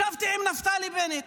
ישבתי עם נפתלי בנט.